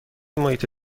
محیط